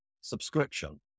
subscription